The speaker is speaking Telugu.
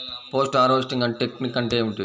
పోస్ట్ హార్వెస్టింగ్ టెక్నిక్ అంటే ఏమిటీ?